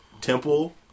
Temple